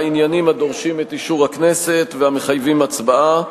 העניינים הדורשים את אישור הכנסת והמחייבים הצבעה.